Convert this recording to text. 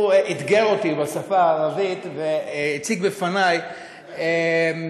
הוא אתגר אותי בשפה הערבית והציג לפני פתגם,